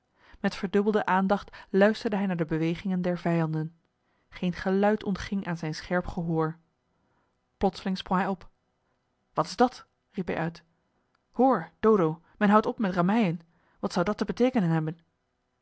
met verdubbelde aandacht luisterde hij naar de bewegingen der vijanden geen geluid ontging aan zijn scherp gehoor plotseling sprong hij op wat is dat riep hij uit hoor dodo men houdt op met rammeien wat zou dat te beteekenen hebben